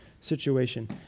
situation